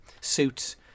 suits